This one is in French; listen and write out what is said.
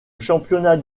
championnat